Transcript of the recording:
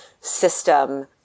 system